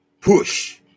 push